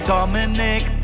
Dominic